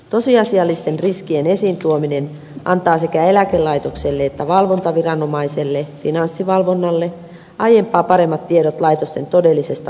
tosiasiallisten riskien esiintuominen antaa sekä eläkelaitokselle että valvontaviranomaiselle finanssivalvonnalle aiempaa paremmat tiedot laitosten todellisesta vakavaraisuudesta